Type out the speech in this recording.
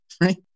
right